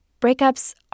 Breakups